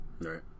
Right